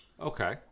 Okay